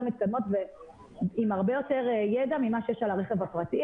מתקדמות ועם הרבה יותר ידע ממה שיש על הרכב הפרטי.